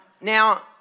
Now